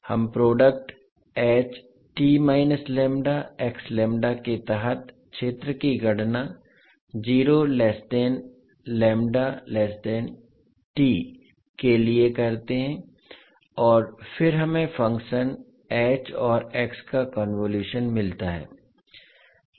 हम प्रोडक्ट के तहत क्षेत्र की गणना के लिए करते हैं और फिर हमें फंक्शन h और x का कन्वोलुशन मिलता है